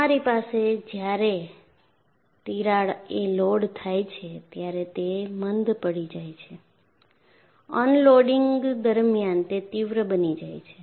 તમારી પાસે જ્યારે તિરાડ એ લોડ થાય છે ત્યારે તે મંદ પડી જાય છે અનલોડિંગ દરમિયાન તે તીવ્ર બની જાય છે